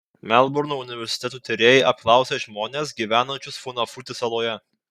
melburno universiteto tyrėjai apklausė žmones gyvenančius funafuti saloje